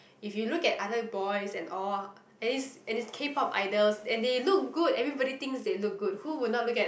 if you look at other boys and all and is and is K-Pop idols and they look good everybody think they look good who will not look at